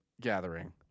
gathering